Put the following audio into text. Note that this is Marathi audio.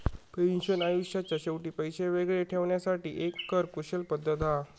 पेन्शन आयुष्याच्या शेवटी पैशे वेगळे ठेवण्यासाठी एक कर कुशल पद्धत हा